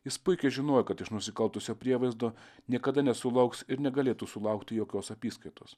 jis puikiai žinojo kad iš nusikaltusio prievaizdo niekada nesulauks ir negalėtų sulaukti jokios apyskaitos